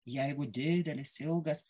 jeigu didelis ilgas